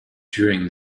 during